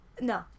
No